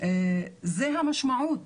זו המשמעות